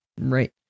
Right